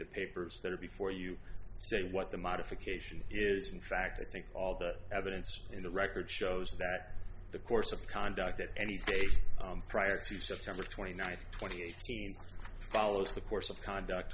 the papers that are before you say what the modification is in fact i think all the evidence in the record shows that the course of conduct that any case prior to september twenty ninth twenty eight follows the course of conduct